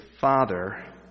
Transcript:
father